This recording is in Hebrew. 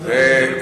בסדר גמור.